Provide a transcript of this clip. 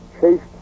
chased